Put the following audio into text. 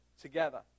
together